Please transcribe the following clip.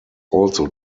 also